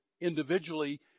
individually